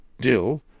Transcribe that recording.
dill